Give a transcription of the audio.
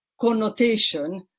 connotation